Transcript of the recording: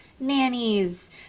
nannies